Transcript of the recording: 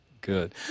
Good